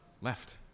left